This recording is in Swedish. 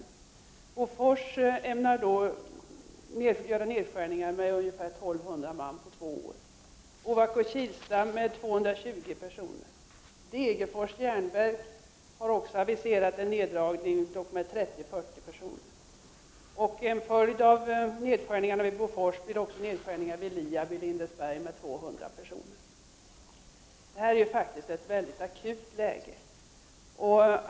Bofors ämnar göra nedskärningar med ungefär 1 200 man på två år, och Ovako Kilsta med 220. Degerfors järnverk har också aviserat en neddragning på uppåt 30-40 personer. En följd av nedskärningarna vid Bofors blir nedskärningar motsvarande 200 personer vid Liab i Lindesberg. Detta är alltså ett mycket akut läge.